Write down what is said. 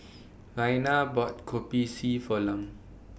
Raina bought Kopi C For Lum